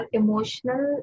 emotional